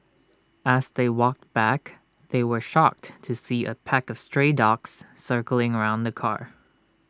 as they walked back they were shocked to see A pack of stray dogs circling around the car